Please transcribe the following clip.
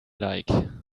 like